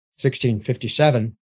1657